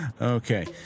Okay